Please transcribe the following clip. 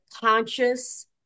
conscious